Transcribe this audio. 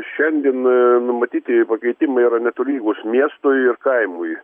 šiandien numatyti pakeitimai yra netolygūs miestui ir kaimui